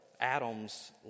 Adam's